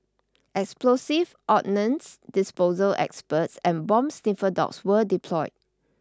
explosives ordnance disposal experts and bomb sniffer dogs were deployed